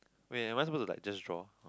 wait am I supposed to like just draw